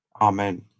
amen